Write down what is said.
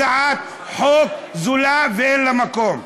הצעת חוק זולה, ואין לה מקום.